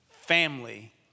family